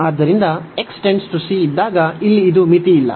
ಆದ್ದರಿಂದ ಇದ್ದಾಗ ಇಲ್ಲಿ ಇದು ಮಿತಿಯಿಲ್ಲ